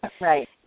Right